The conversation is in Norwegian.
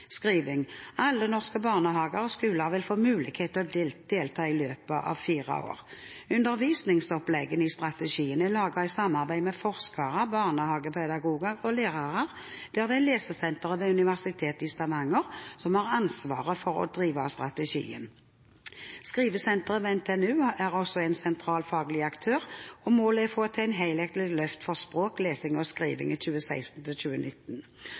Alle norske barnehager og skoler vil få mulighet til å delta i løpet av fire år. Undervisningsoppleggene i strategien er laget i samarbeid med forskere, barnehagepedagoger og lærere, og det er Lesesenteret ved Universitetet i Stavanger som har ansvar for å drive strategien. Skrivesenteret ved NTNU er også en sentral faglig aktør. Målet er å få til et helhetlig løft for språk, lesing og skriving i